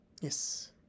Yes